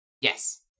Yes